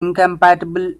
incompatible